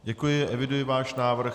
Děkuji, eviduji váš návrh.